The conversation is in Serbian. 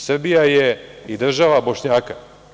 Srbija je i država Bošnjaka.